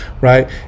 right